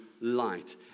light